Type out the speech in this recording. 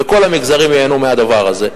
וכל המגזרים ייהנו מהדבר הזה.